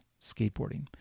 Skateboarding